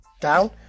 down